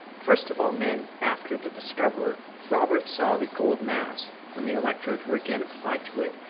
first of all men after the discoverer, robert saw the gold mass, when the electrodes were again applied to it,